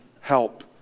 help